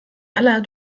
aller